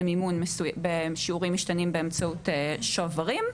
מימון מסוים בשיעורים משתנים באמצעות שוברים.